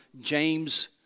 James